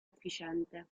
efficiente